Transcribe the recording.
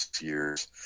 years